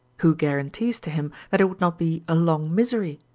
who guarantees to him that it would not be a long misery?